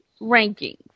rankings